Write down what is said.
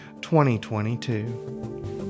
2022